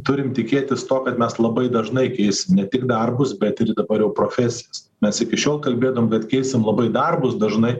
turim tikėtis to kad mes labai dažnai keisim ne tik darbus bet ir dabar jau profesijas mes iki šiol kalbėdom bet keisim labai darbus dažnai